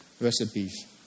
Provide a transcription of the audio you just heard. recipes